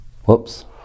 Whoops